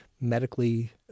medically